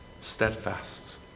steadfast